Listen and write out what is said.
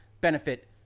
benefit